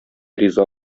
риза